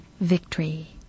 victory